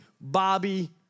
Bobby